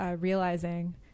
realizing